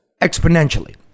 exponentially